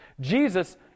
Jesus